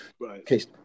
Right